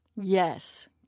Yes